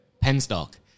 Penstock